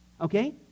okay